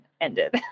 ended